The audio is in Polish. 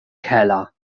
hela